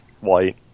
white